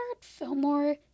Fillmore